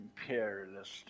imperialist